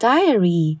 Diary